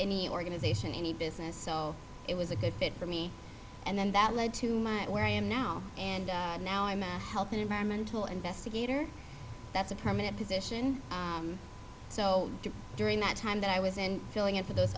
any organization any business so it was a good fit for me and then that led to my where i am now and now i'm a health and environmental investigator that's a permanent position so during that time that i was and filling in for those